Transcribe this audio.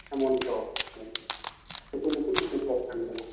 ᱦᱮᱢᱚᱱᱛᱚ ᱥᱚᱨᱮᱱ ᱱᱩᱠᱩ ᱫᱚᱠᱚ ᱞᱟᱹᱴᱩ ᱯᱚᱫᱨᱮᱱ ᱠᱟᱱᱟ